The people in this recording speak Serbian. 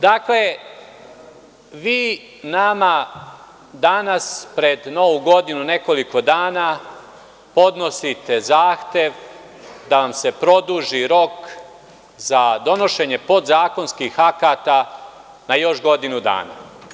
Dakle, vi nama danas pred novu godinu, nekoliko dana, podnosite zahtev da vam se produži rok za donošenje podzakonskih akata na još godinu dana.